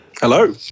Hello